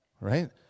right